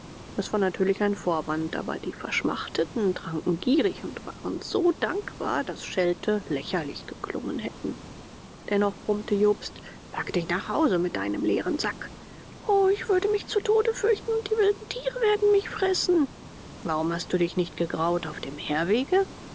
das war natürlich ein vorwand aber die verschmachteten tranken gierig und waren so dankbar daß schelte lächerlich geklungen hätten dennoch brummte jobst pack dich nach hause mit deinem leeren sack o ich würde mich zu tode fürchten und die wilden tiere werden mich fressen warum hast du dich nicht gegrault auf dem herwege